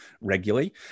regularly